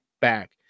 back